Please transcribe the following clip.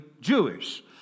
Jewish